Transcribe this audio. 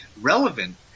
relevant